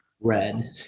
Red